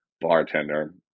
bartender